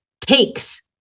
takes